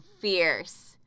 fierce